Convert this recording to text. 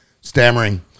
stammering